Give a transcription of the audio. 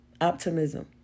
Optimism